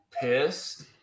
pissed